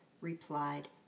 replied